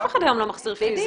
אף אחד היום לא מחזיר פיזית.